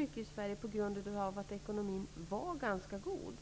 Även om vi på grund av att ekonomin varit ganska god